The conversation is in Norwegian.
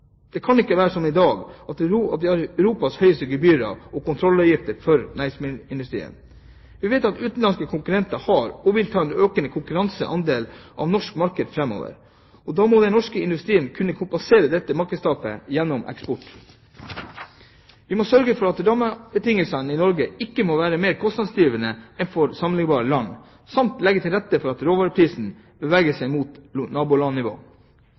Det kan ikke være som i dag, at vi har Europas høyeste gebyrer og kontrollavgifter for næringsmiddelindustrien. Vi vet at utenlandske konkurrenter har, og vil ta, økende konkurranseandeler av det norske markedet framover. Da må den norske industrien kunne kompensere dette markedstapet gjennom eksport. Vi må sørge for at rammebetingelsene i Norge ikke må være mer kostnadsdrivende enn for sammenliknbare land, samt legge til rette for at råvareprisene beveger seg ned mot nabolandnivå.